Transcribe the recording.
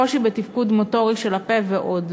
קושי בתפקוד מוטורי של הפה ועוד.